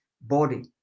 body